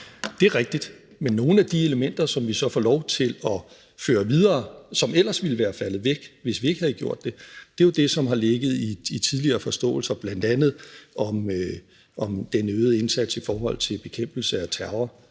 Det er rigtigt, men nogle af de elementer, som vi så får lov til at føre videre, og som ellers ville være faldet væk, hvis vi ikke havde gjort det, er jo det, som har ligget i tidligere forståelser, bl.a. den øgede indsats i forhold til bekæmpelse af terror